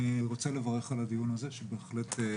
אני אחלק את הדברים שאנחנו